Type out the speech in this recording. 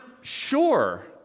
sure